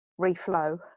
reflow